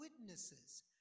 witnesses